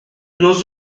nous